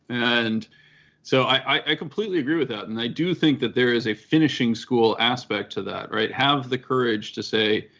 and so i completely agree with that. and i do think that there is a finishing school aspect to that, have the courage to say,